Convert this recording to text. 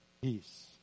Peace